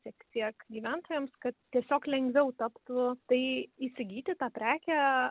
tiek tiek gyventojams kad tiesiog lengviau taptų tai įsigyti tą prekę